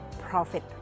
profit